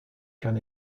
can